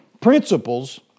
principles